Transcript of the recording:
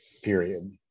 period